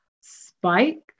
Spike